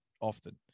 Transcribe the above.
often